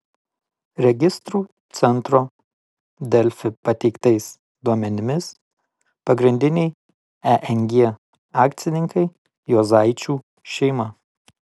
registrų centro delfi pateiktais duomenimis pagrindiniai eng akcininkai juozaičių šeima